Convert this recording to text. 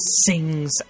sings